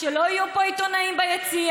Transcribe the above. שלא יהיו פה עיתונאים ביציע,